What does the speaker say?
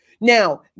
Now